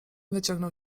wyciągnął